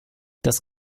das